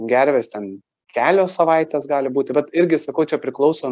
gervės ten kelios savaitės gali būti vat irgi sakau čia priklauso